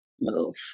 move